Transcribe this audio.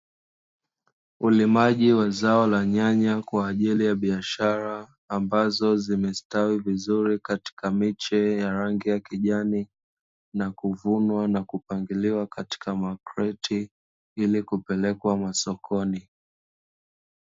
Ulimaji wa Zao la Nyanya kwaajili ya biashara ambazo zimestawi, vizuri katika miche ya rangi ya kijani na kuvunwa na kupangiliwa, katika makreti ili kupelekwa masokoni.